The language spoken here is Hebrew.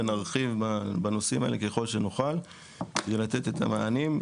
ונרחיב בנושאים האלה ככל שנוכל ולתת את המענים.